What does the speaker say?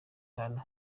ahantu